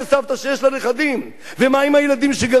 שיש לה נכדים: ומה עם הילדים שגרים שם?